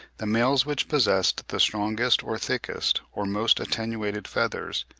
the males which possessed the strongest or thickest, or most attenuated feathers,